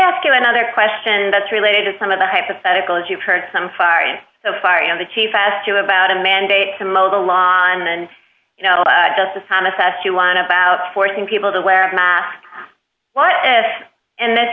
ask you another question that's related to some of the hypotheticals you've heard some foreign so far and the chief asked you about a mandate to mow the lawn and you know justice thomas asked you one about forcing people to wear a mask in this